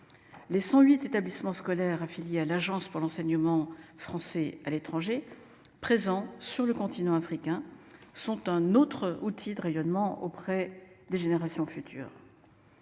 Les 108 établissements scolaires affiliés à l'agence pour l'enseignement français à l'étranger présent sur le continent africain. Sont un autre outil de rayonnement auprès des générations futures.